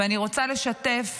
ואני רוצה לשתף